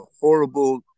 horrible